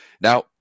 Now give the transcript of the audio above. Now